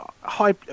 high